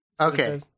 Okay